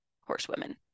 horsewomen